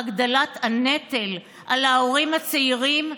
הגדלת הנטל על ההורים הצעירים,